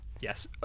yes